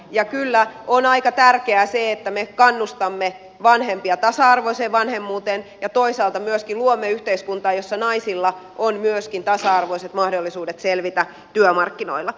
ja kyllä on aika tärkeää se että me kannustamme vanhempia tasa arvoiseen vanhemmuuteen ja toisaalta myöskin luomme yhteiskuntaa jossa naisilla on tasa arvoiset mahdollisuudet selvitä työmarkkinoilla